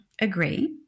agree